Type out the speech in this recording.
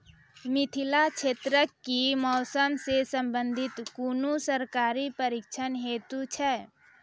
मिथिला क्षेत्रक कि मौसम से संबंधित कुनू सरकारी प्रशिक्षण हेतु छै?